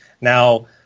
Now